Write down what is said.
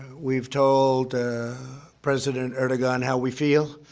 we've told president erdogan how we feel.